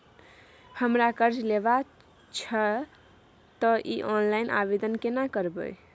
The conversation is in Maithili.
हमरा कर्ज लेबा छै त इ ऑनलाइन आवेदन केना करबै?